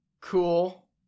cool